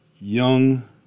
young